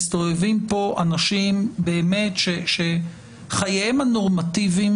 מסתובבים פה אנשים שחייהם הנורמטיביים